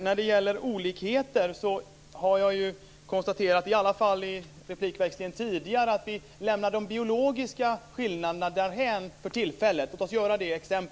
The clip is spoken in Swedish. När det gäller olikheter har jag konstaterat, i alla fall i replikväxlingen tidigare, att vi kan lämna de biologiska skillnaderna därhän för tillfället.